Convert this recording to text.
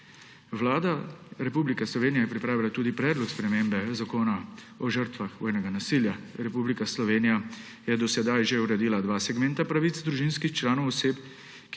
Vlada Republike Slovenije je pripravila tudi predlog spremembe Zakona o žrtvah vojnega nasilja. Republika Slovenija je do sedaj že uredila dva segmenta pravic družinskih članov oseb,